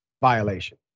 violation